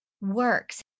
works